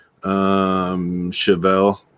Chevelle